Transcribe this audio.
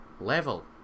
level